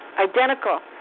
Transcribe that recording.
identical